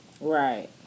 Right